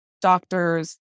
doctors